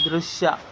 ದೃಶ್ಯ